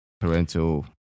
parental